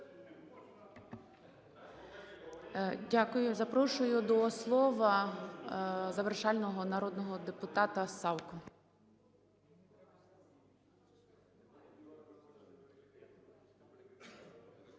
Дякую. Запрошую до слова завершального народного депутата Савку.